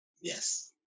Yes